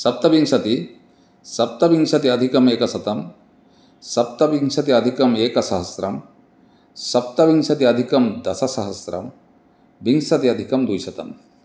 सप्तविंशतिः सप्तविंशत्यधिकमेकशतं सप्तविंशत्यधिकमेकसहस्रं सप्तविंशत्यधिकं दशसहस्रं विंशत्यधिकं द्विशतम् दस सहस्रं विंसति अधिकं द्विसतम्